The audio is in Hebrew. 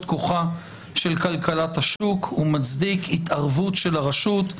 כוחה של כלכלת השוק ומצדיק התערבות של הרשות.